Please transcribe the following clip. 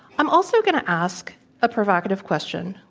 i'm also going to ask a provocative question.